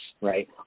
right